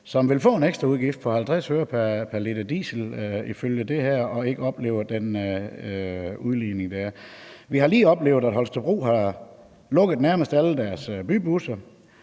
som vil få en ekstraudgift på 50 øre pr. liter diesel, ifølge det her, og ikke opleve den udligning, der er. Vi har lige oplevet, at man i Holstebro har lukket nærmest alle sine bybusser.